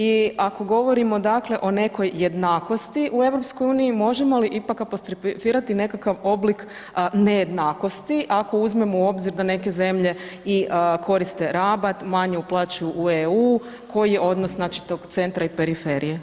I ako govorimo o nekoj jednakosti u EU, možemo li ipak apostrofirati nekakav oblik nejednakosti ako uzmemo u obzir da neke zemlje i koriste rabat, manje uplaćuju u EU koji je odnos tog centra i periferije?